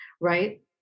right